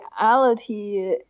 reality